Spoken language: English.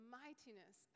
mightiness